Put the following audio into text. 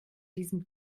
diesem